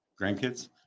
grandkids